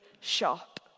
shop